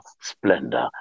splendor